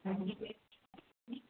ہ